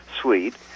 suite